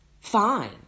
Fine